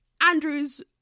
Andrew's